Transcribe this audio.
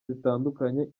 zitandukanye